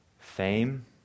fame